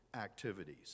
activities